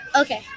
okay